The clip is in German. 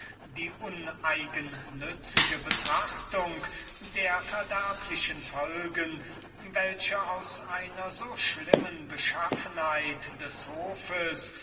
die uneigennützige betrachtung der verderblichen folgen welche aus einer so heillosen beschaffenheit des hofes